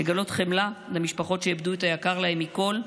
לגלות חמלה למשפחות שאיבדו את היקר להן מכול.